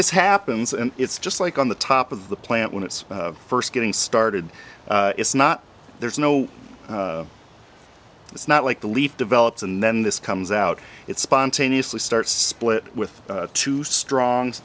this happens and it's just like on the top of the plant when it's first getting started it's not there's no it's not like the leaf develops and then this comes out it spontaneously starts split with two strong